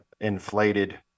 inflated